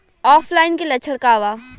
ऑफलाइनके लक्षण क वा?